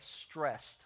stressed